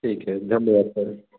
ठीक है धन्यवाद सर